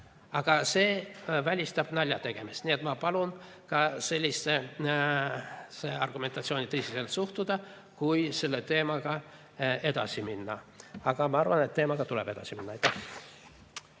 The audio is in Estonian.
siis see välistab naljategemise. Nii et ma palun ka sellisesse argumentatsiooni tõsiselt suhtuda, kui selle teemaga edasi minna. Aga ma arvan, et teemaga tuleb edasi minna.